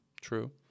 True